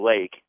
Lake